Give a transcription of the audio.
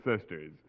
sisters